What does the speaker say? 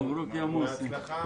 בהצלחה.